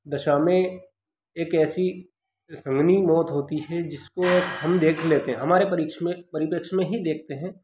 दशा में एक ऐसी संगीन मौत होती है जिसको हम देख लेते हैं हमारे परीक्ष में परिप्रेक्ष्य में ही देखते हैं